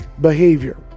behavior